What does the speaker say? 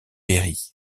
péri